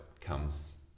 comes